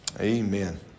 Amen